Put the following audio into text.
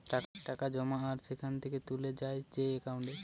টাকা জমা আর সেখান থেকে তুলে যায় যেই একাউন্টে